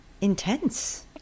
intense